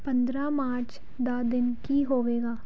ਪੰਦਰਾਂ ਮਾਰਚ ਦਾ ਦਿਨ ਕੀ ਹੋਵੇਗਾ